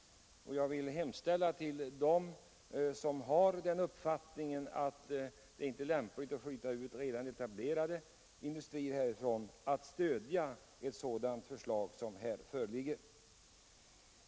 Jag hemställer därför till dem som har den uppfattningen att det inte är lämpligt att flytta ut redan etablerade industrier att stödja de motionsförslag som här föreligger.